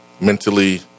mentally